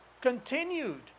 continued